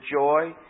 joy